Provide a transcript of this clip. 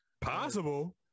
Possible